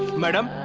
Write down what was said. madam,